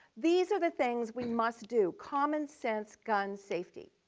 these are the things we must do. common sense gun safety.